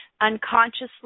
unconsciously